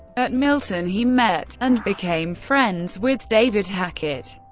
at milton, he met and became friends with david hackett.